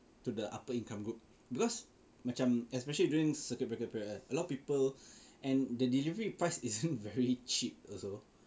to the upper income group because macam especially during circuit breaker period a lot of people and the delivery price isn't very cheap also